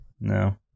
no